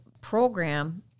program